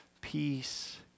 peace